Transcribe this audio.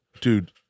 Dude